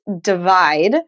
divide